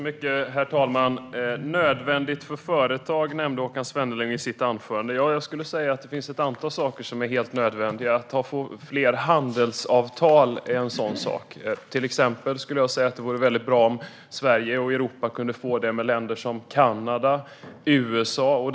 Herr talman! Nödvändigt för företag, nämnde Håkan Svenneling i sitt anförande. Ja, jag skulle säga att det finns ett antal saker som är helt nödvändiga. Att få fler handelsavtal är en sådan sak. Till exempel vore det väldigt bra om Sverige och Europa kunde få det med länder som Kanada och USA.